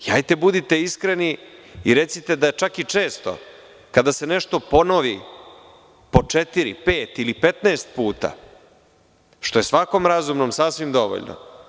Hajte, budite iskreni i recite da čak i često, kada se nešto ponovi po četiri, pet ili 15 puta, što je svakom razumnom sasvim dovoljno.